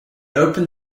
opened